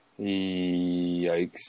Yikes